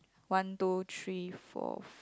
one two three four f~